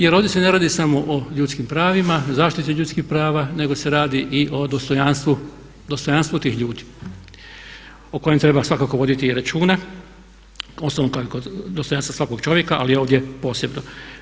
Jer ovdje se ne radi samo o ljudskim pravima, zaštiti ljudskih prava, nego se radi i o dostojanstvu tih ljudi o kojem treba svakako voditi i računa, uostalom kao i kod dostojanstva svakog čovjeka ali ovdje posebno.